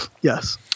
Yes